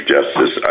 Justice